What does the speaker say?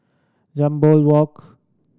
Jambol Walk